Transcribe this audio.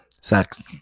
sex